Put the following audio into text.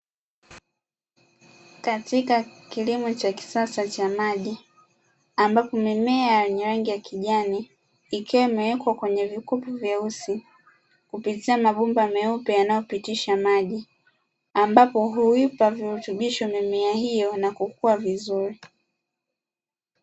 Katika kilimo cha kisasa cha maji, ambapo mimea ya rangi ya kijani ikiwa imewekwa kwenye vikopo vyeusi, kupitia mabomba meupe yanayopitisha maji, ambapo huipa virutubisho mimea hiyo na kukua vizuri.